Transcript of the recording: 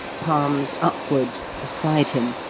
palms upward, beside him